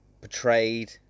Portrayed